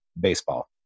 baseball